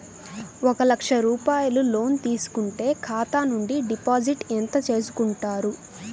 ఒక లక్ష రూపాయలు లోన్ తీసుకుంటే ఖాతా నుండి డిపాజిట్ ఎంత చేసుకుంటారు?